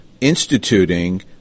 instituting